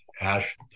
Ash